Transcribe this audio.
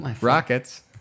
Rockets